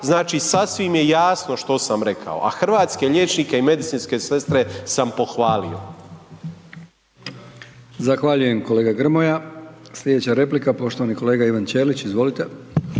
znači sasvim je jasno što sam rekao, a hrvatske liječnike i medicinske sestre sam pohvalio.